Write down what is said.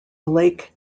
lake